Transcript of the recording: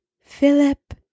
Philip